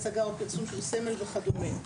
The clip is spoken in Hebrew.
הצגה או פרסום של סמל וכדומה.